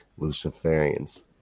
Luciferians